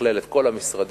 לתכלל את כל המשרדים